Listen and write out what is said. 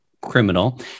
criminal